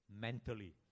mentally